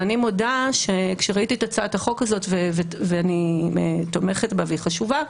ואני מודה שכשראיתי את הצעת החוק הזאת ואני תומכת בה והיא חשובה,